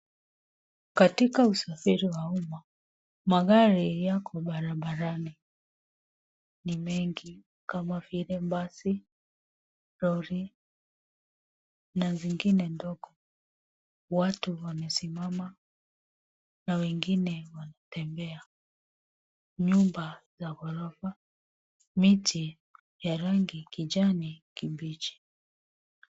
Katika usafiri wa umma, magari yako barabarani ni mengi, kama vile basi, lori na zingine ndogo. Watu wamesimama na wengine wanatembea. Nyumba za ghorofa, miti ya rangi kijani kibichi.